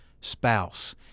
spouse